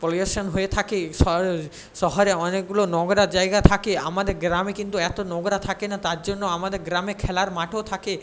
pollution হয়ে থাকে শহর শহরে অনেকগুলো নোংরা জায়গা থাকে আমাদের গ্রামে কিন্তু এত নোংরা থাকে না তার জন্য আমাদের গ্রামে খেলার মাঠও থাকে